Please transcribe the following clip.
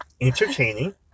entertaining